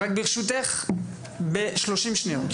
רק ברשותך, ב-30 שניות,